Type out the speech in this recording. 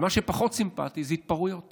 אבל מה שפחות סימפתי זה התפרעויות